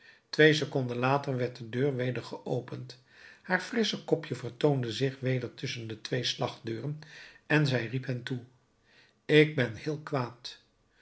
twee seconden later werd de deur weder geopend haar frisch kopje vertoonde zich weder tusschen de twee slagdeuren en zij riep hen toe ik ben heel kwaad